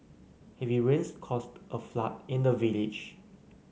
heavy rains caused a flood in the village